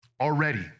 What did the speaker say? already